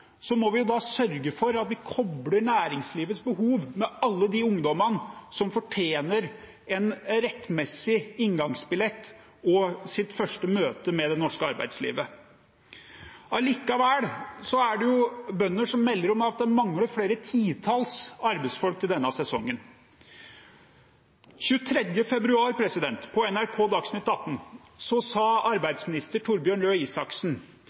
må vi jo da sørge for at vi kobler næringslivets behov med alle de ungdommene som fortjener en rettmessig inngangsbillett og sitt første møte med det norske arbeidslivet. Allikevel er det bønder som melder om at det mangler flere titalls arbeidsfolk til denne sesongen. Den 23. februar, på NRK Dagsnytt 18, sa arbeidsminister Torbjørn Røe Isaksen